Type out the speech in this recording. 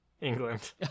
England